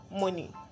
money